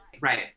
Right